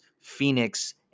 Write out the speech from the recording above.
Phoenix